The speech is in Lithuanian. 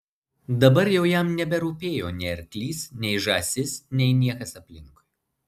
dabar jau jam neberūpėjo nei arklys nei žąsis nei niekas aplinkui